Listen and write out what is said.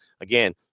again